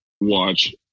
watch